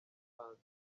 bahanzi